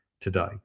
today